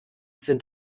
sind